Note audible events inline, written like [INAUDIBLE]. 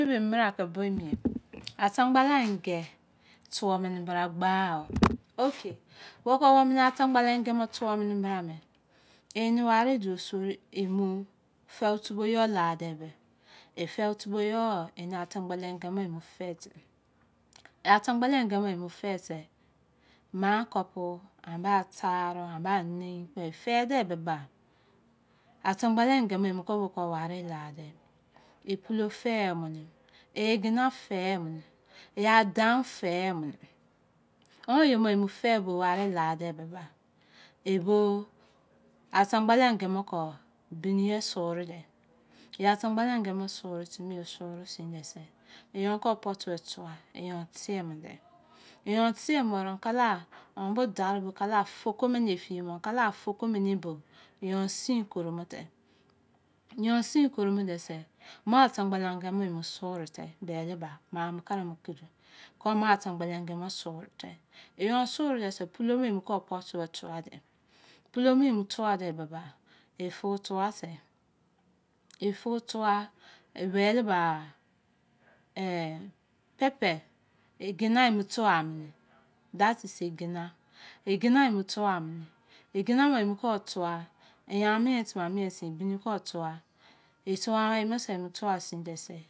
[UNINTELLIGIBLE] atang balange tuo mini bra gbaa o okay wo ko ataingbalange two mini bra me eni wari duo sori emu fou tubo yo la te e fou tubo yo a eni atang balange emo fe te atamgbalange emo fete maa kopu a ba taaru aba nein kpo e fede buba atamgbalange mo ko bo ke wari la de ba e pulo fee munu e egina fee munu ya daun fee munu onye mo emo fe bo warila de buba e bo atamgbalange mo ken beni o suru de yeatangbalange me suru timi suru sin de se yo kon potu o tua yo tiemo de yo tie mo weri kala on bo dari bo kala foko mini efiyeme pka. a foko mini bo yo sin koromo te yo sin koro mo desen mo atamgbslange me emo suru te bele ba maamu kakmo kudo kon me atangbalange me suru kon me tamgbalange me suru te yo suru dese pulome emo kon potu mo tua de pulo me emo tua de biba efu tua te efu tua e beli ba [HESITATION] egena emo tuaa mini [HESITATION] egena emo tuaaa mini egena me emo kon tua ya mien timi a mien sin bini kon tuaetuaa mo eyi bose emi tua sin dese